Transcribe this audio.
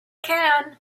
can